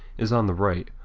is on the right,